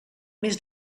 més